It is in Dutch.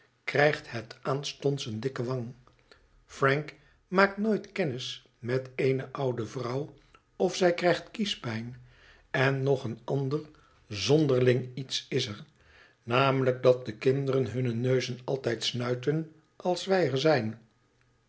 krijgt het aanstonds eene dikke wang frank maakt n ooi t kennis met eene oude vrouw of zij krijgt kiespijn en nog een ander zonderling iets is er namelijk dat de kinderen hunne neuzen altijd snuiten als wij er zijn